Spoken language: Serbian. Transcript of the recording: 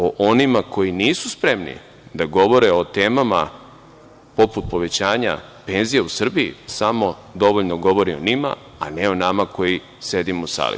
O onima koji nisu spremni da govore o temama poput povećanja penzija u Srbiji, to samo dovoljno govori o njima, a ne o nama koji sedimo u sali.